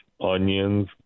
onions